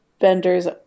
vendors